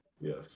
yes